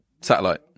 satellite